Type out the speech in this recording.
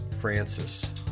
Francis